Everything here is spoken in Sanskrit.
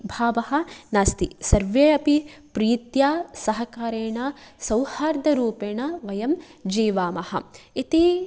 भावः नास्ति सर्वेऽपि प्रीत्या सहकारेण सौहार्दरूपेण वयं जीवामः इति